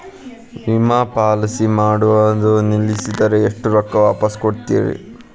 ವಿಮಾ ಪಾಲಿಸಿ ನಡುವ ನಿಲ್ಲಸಿದ್ರ ಎಷ್ಟ ರೊಕ್ಕ ವಾಪಸ್ ಕೊಡ್ತೇರಿ?